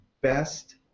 best